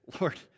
Lord